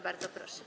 Bardzo proszę.